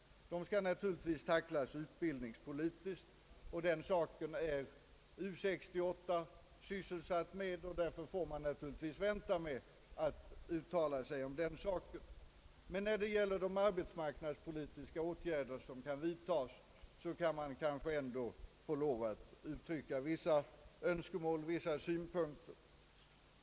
De bör naturligtvis tacklas utbildningspolitiskt, och den saken är U 68 sysselsatt med. Därför får man väl vänta med att uttala sig. Men när det gäller de arbetsmarknadspolitiska åtgärder som bör vidtas, kan man kanske få uttrycka vissa önskemål och synpunkter.